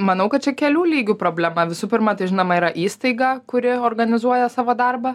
manau kad čia kelių lygių problema visų pirma tai žinoma yra įstaiga kuri organizuoja savo darbą